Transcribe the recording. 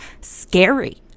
scary